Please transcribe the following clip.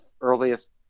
earliest